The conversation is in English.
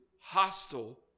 hostile